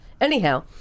Anyhow